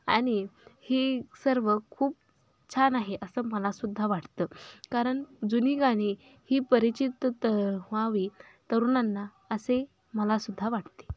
आणि ही सर्व खूप छान आहे असं मलासुद्धा वाटतं कारण जुनी गाणी ही परिचित त व्हावी तरुणांना असे मलासुद्धा वाटते